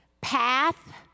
PATH